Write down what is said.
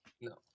no